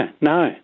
no